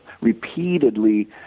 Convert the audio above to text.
repeatedly